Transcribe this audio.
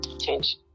change